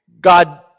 God